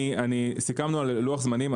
סיכמנו על לוח זמנים,